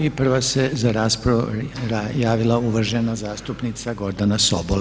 I prva se za raspravu javila uvažena zastupnica Gordana Sobol.